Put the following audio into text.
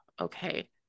Okay